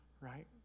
right